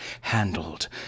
handled